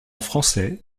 français